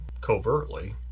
covertly